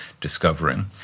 discovering